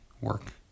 work